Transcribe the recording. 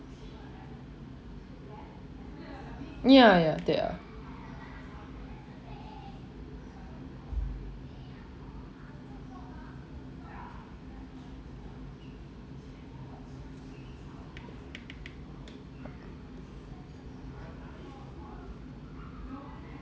ya ya they are